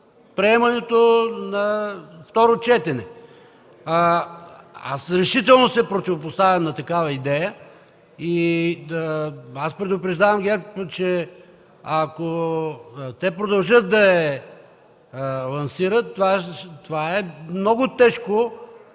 приемането на второ четене. Аз решително се противопоставям на такава идея и предупреждавам ГЕРБ, че ако те продължат да я лансират, това е много тежко